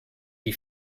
die